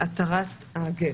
התרת הגט,